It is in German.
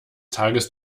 tages